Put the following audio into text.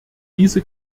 diese